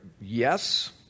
yes